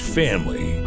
family